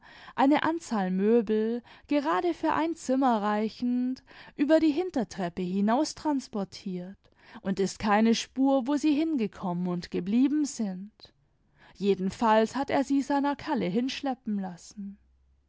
eine anzahl möbel gerade für ein zimmer reichend über die hintertreppe hinaustransportiert und ist keine spur wo sie hingekommen und geblieben sind jedenfalls hat er sie seiner kalle hinschleppen lassen